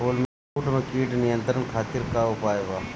फूल में कीट नियंत्रण खातिर का उपाय बा?